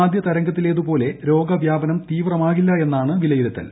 ആദ്യ തരംഗത്തിലേതുപോലെ രോഗവൃദ്ധിപ്നം തീവ്രമാകില്ലെന്നാണ് വിലയിരുത്തൽ